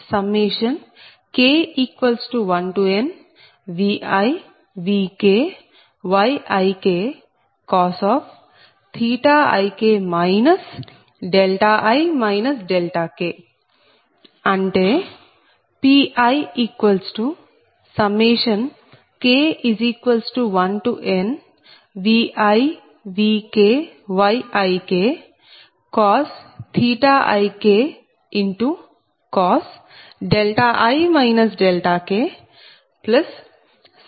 అంటే Pik1nViVkYik ik i k ik i k